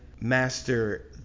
master